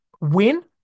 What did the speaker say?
Win